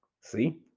See